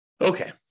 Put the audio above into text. Okay